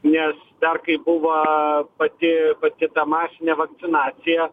nes dar kai buva pati pati ta masinė vakcinacija